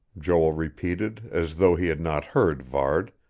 joel repeated, as though he had not heard varde.